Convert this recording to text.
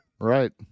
right